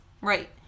Right